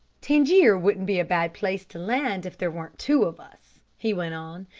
tangier wouldn't be a bad place to land if there weren't two of us, he went on.